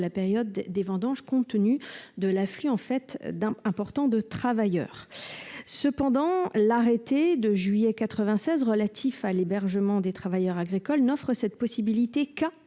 l’époque des vendanges, compte tenu de l’afflux notable de travailleurs. L’arrêté de juillet 1996 relatif à l’hébergement des travailleurs agricoles n’offre cette possibilité qu’à